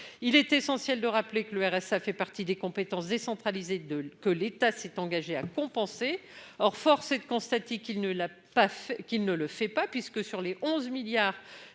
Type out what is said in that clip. Il est essentiel de le rappeler, le RSA fait partie des compétences décentralisées que l'État s'est engagé à compenser. Or force est de constater qu'il ne le fait pas. En effet, sur les 11 milliards